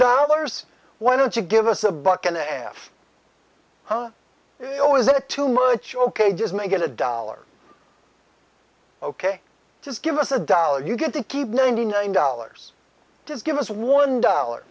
dollars why don't you give us a buck and a half oh is it too much ok just make it a dollar ok just give us a dollar you get to keep ninety nine dollars just give us one dollar